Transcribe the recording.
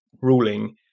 ruling